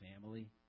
family